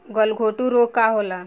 गलघोटू रोग का होला?